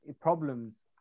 problems